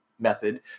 method